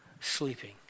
sleeping